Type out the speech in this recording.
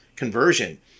conversion